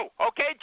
okay